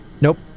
Nope